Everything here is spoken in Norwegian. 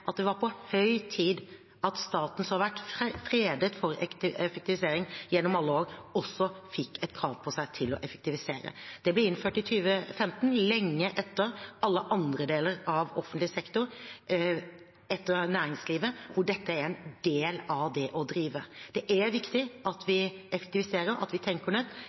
at det var på høy tid at staten, som har vært fredet for effektivisering gjennom alle år, også fikk et krav på seg til å effektivisere. Det ble innført i 2015, lenge etter alle andre deler av offentlig sektor, og etter næringslivet, hvor dette er en del av det å drive. Det er viktig at vi effektiviserer, at vi tenker nytt.